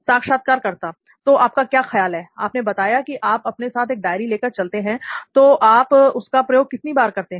साक्षात्कारकर्ता तो आपका क्या ख्याल है आपने बताया कि आप अपने साथ एक डायरी लेकर चलते हैं तो आप उसका प्रयोग कितनी बार करते हैं